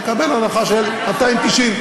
יקבל הנחה של 290,